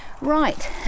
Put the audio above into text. Right